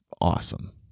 awesome